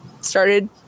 started